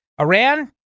Iran